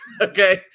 okay